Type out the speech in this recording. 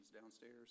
downstairs